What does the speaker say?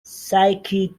psychedelic